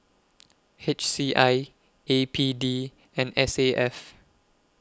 H C I A P D and S A F